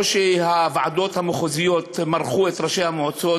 או שהוועדות המחוזיות מרחו את ראשי המועצות